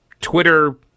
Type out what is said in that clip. Twitter